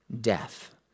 death